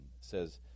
says